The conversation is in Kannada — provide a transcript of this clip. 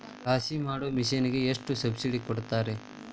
ರಾಶಿ ಮಾಡು ಮಿಷನ್ ಗೆ ಎಷ್ಟು ಸಬ್ಸಿಡಿ ಕೊಡ್ತಾರೆ?